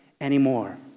anymore